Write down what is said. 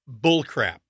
bullcrap